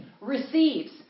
receives